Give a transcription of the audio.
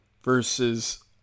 Versus